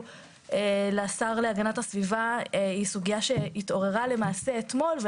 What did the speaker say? לשר להגנת הסביבה היא סוגיה שהתעוררה למעשה אתמול.